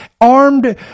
armed